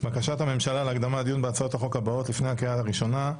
בקשת הממשלה להקדמת הדיון בהצעות החוק הבאות לפני הקריאה הראשונה.